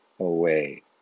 away